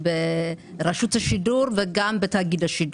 ברשות השידור וגם בתאגיד השידור.